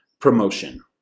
promotion